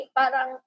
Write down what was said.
parang